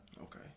okay